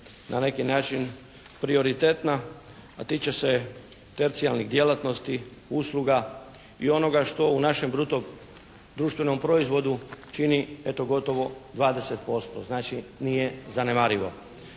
na neki način prioritetna a tiče se tercijarnih djelatnosti, usluga i onoga što u našem bruto društvenom proizvodu čini eto, gotovo 20%. Znači, nije zanemarivo.